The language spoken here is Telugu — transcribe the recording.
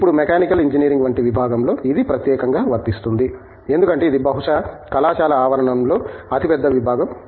ఇప్పుడు మెకానికల్ ఇంజనీరింగ్ వంటి విభాగంలో ఇది ప్రత్యేకంగా వర్తిస్తుంది ఎందుకంటే ఇది బహుశా కళాశాల ఆవరణంలో అతిపెద్ద విభాగం